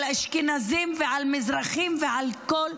על אשכנזים ועל מזרחים ועל כל,